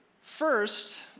First